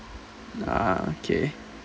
ah okay